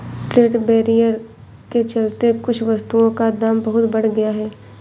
trade barrier के चलते कुछ वस्तुओं का दाम बहुत बढ़ गया है